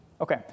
Okay